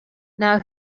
now